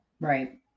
Right